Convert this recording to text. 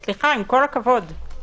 עם כל הכבוד,